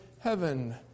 heaven